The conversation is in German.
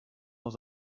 noch